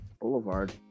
Boulevard